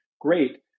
great